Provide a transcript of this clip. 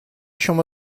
شما